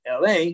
LA